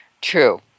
True